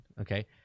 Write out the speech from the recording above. okay